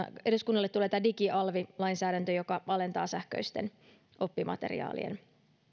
eduskunnalle myöskin esityksen digialvilainsäädännöstä joka alentaa sähköisten oppimateriaalien